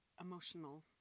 emotional